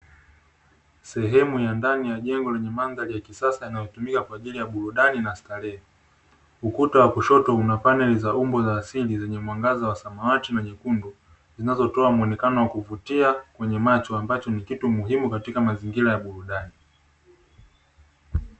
Sehemu ya ndani ya jengo lenye mandhari ya kisasa yanayotumika kwa ajili ya burudani na starehe, ukuta wa kushoto unapaneli za umbo la asili zenye mwangaza wa samawati na nyekundu zinazotoa muonekano wa kuvutia kwenye macho ambacho ni kitu muhimu katika mazingira ya burudani.